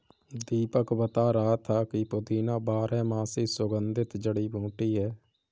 दीपक बता रहा था कि पुदीना बारहमासी सुगंधित जड़ी बूटी है